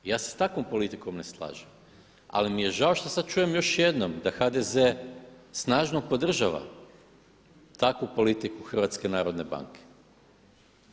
Ja se s takvom politikom ne slažem, ali mi je žao što sada čujem još jednom da HDZ snažno podržava takvu politiku HNB-a.